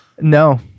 No